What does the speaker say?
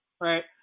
right